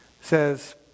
says